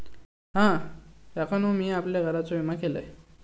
हा, काकानु मी आपल्या घराचो विमा केलंय